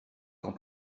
quand